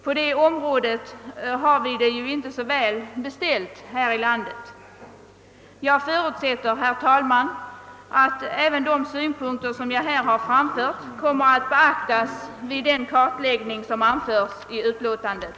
På det området har vi ju inte så väl beställt här i landet. Jag förutsätter, herr talman, att även de synpunkter som jag här framfört kommer att beaktas vid den kartläggning som förebådas i utlåtandet.